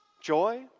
Joy